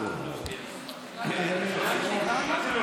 למרכזי חוסן,